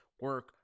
Work